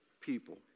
people